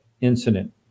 incident